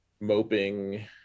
moping